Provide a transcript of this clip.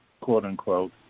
quote-unquote